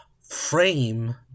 frame